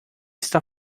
está